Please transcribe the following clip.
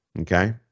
okay